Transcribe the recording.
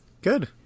Good